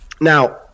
now